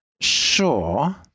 sure